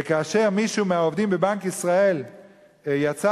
וכאשר מישהו מהעובדים בבנק ישראל יצא